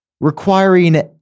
requiring